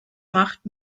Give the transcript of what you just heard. macht